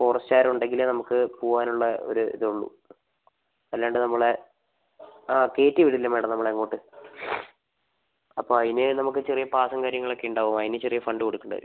ഫോറസ്റ്റുകാരുണ്ടെങ്കിലെ നമുക്ക് പോവാനുള്ള ഒരു ഇത് ഉള്ളൂ അല്ലാണ്ട് നമ്മളെ ആ കയറ്റിവിടില്ല മാഡം നമ്മളെ അങ്ങോട്ട് അപ്പോൾ അതിന് നമുക്ക് ചെറിയ പാസും കാര്യങ്ങളൊക്കെ ഉണ്ടാവും അതിന് ചെറിയ ഫണ്ട് കൊടുക്കേണ്ടിവരും